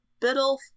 Biddle